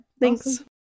Thanks